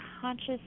conscious